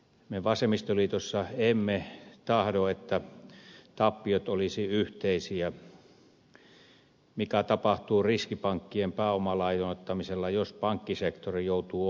me vasemmistoliitossa emme tahdo että tappiot olisivat yhteisiä mikä tapahtuu riskipankkien pääomalainoittamisella jos pankkisektori joutuu ongelmiin